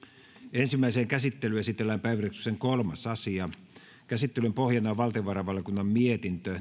ensimmäiseen käsittelyyn esitellään päiväjärjestyksen kolmas asia käsittelyn pohjana on valtiovarainvaliokunnan mietintö